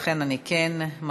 לכן אני כן מגבילה,